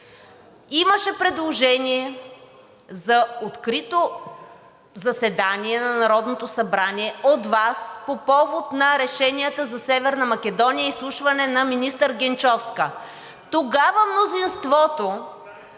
имаше предложение за открито заседание на Народното събрание от Вас по повод на решенията за Северна Македония и изслушване на министър Генчовска. Тогава мнозинството